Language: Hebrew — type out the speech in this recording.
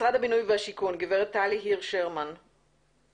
משרד הבינוי והשיכון, גברת טלי הירש שרמן בבקשה.